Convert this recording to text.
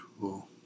cool